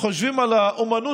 ערב טוב.